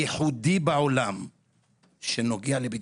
ייחודי בעולם שנוגע לבקיעות.